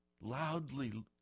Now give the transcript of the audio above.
Loudly